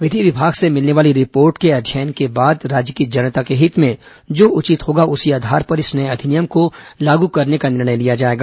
विधि विभाग से मिलने वाली रिपोर्ट के अध्ययन के बाद राज्य की जनता के हित में जो उचित होगा उसी आधार पर इस नए अधिनियम को लागू करने का निर्णय लिया जाएगा